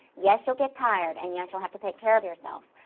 yes, you'll get tired, and yes, you'll have to take care of yourself.